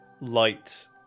light